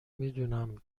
میدونم